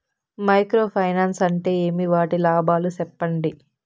Micro finance అంటే ఏమి? వాటి లాభాలు సెప్పండి?